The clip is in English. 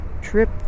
trip